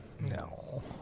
No